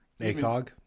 ACOG